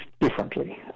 differently